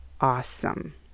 awesome